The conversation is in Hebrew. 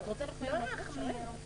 אבל אנחנו נערוך דיון לפני שנייה ושלישית.